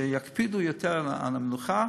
שיקפידו יותר על המנוחה,